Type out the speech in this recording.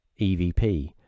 EVP